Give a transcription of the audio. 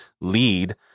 lead